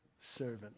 servant